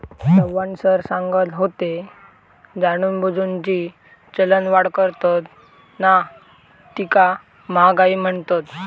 Chavan sir सांगत होते, जाणूनबुजून जी चलनवाढ करतत ना तीका महागाई म्हणतत